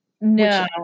No